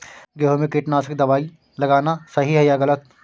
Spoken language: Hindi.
गेहूँ में कीटनाशक दबाई लगाना सही है या गलत?